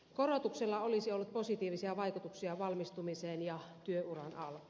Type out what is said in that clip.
korotuksella olisi ollut positiivisia vaikutuksia valmistumiseen ja työuran alkuun